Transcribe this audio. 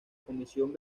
comisión